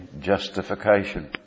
justification